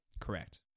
Correct